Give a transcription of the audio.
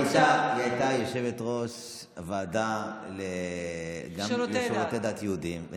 היא הייתה יושבת-ראש הוועדה לשירותי דת יהודיים.